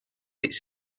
its